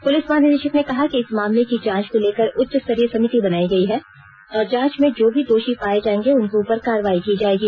police महानिदेशक ने कहा कि इस मामले की जांच को लेकर उच्च स्तरीय समिति बनायी गयी है और जांच में जो भी दोषी पाये जायेंगे उनके ऊपर कारवाई की जायेगी